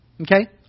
Okay